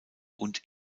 und